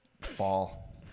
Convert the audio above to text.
fall